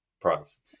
price